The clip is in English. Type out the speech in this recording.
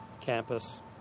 campus